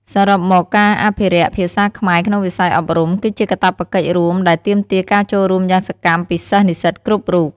សរុបមក ការអភិរក្សភាសាខ្មែរក្នុងវិស័យអប់រំ គឺជាកាតព្វកិច្ចរួមដែលទាមទារការចូលរួមយ៉ាងសកម្មពីសិស្សនិស្សិតគ្រប់រូប។